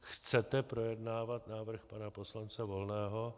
Chcete projednávat návrh pana poslance Volného.